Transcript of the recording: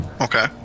Okay